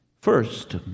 First